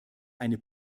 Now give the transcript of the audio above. eine